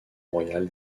royal